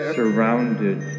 surrounded